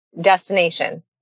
destination